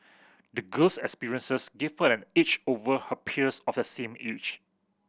the girl's experiences gave her an edge over her peers of the same age